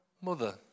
mother